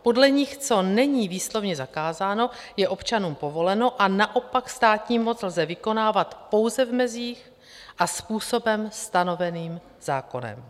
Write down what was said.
Podle nich co není výslovně zakázáno, je občanům povoleno a naopak státní moc lze vykonávat pouze v mezích a způsobem stanoveným zákonem.